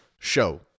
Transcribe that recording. show